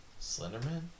Slenderman